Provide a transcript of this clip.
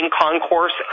concourse